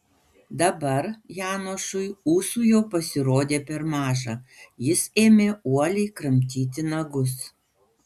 dabar janošui ūsų jau pasirodė per maža jis ėmė uoliai kramtyti nagus